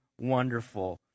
wonderful